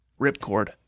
ripcord